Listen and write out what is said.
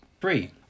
three